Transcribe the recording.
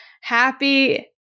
happy